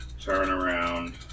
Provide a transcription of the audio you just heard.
turnaround